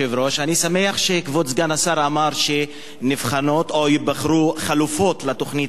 אני שמח שכבוד סגן השר אמר שנבחנות או ייבחרו חלופות לתוכנית הזאת,